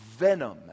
venom